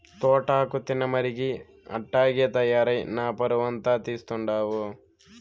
తోటాకు తినమరిగి అట్టాగే తయారై నా పరువంతా తీస్తండావు